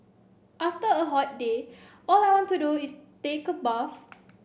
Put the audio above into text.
after a hot day all I want to do is take a bath